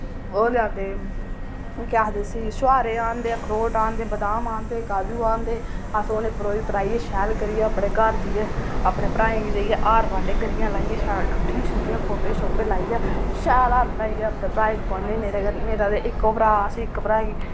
ओह् लेआंदे केह् आखदे उस्सी छुआरे आह्नदे अखरोट आह्नदे बदाम आह्नदे काजू आह्नदे अस उ'नें परोई पराइयै शैल करियै अपने घर जाइयै अपने भ्राएं गी जाइयै हार पान्ने गरियां लाइयै शैल ठुठियां शुठियां खोप्पे शोप्पे लाइयै शैल हार बनाइयै अपने भ्राएं गी पोआन्ने मेरे घर मेरा ते इक्को भ्रा अस इक भ्रा गी